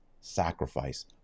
sacrifice